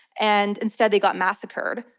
and instead they got massacred.